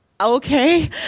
Okay